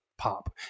pop